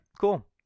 Cool